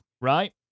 right